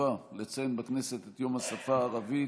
החשובה לציין בכנסת את יום השפה הערבית,